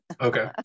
okay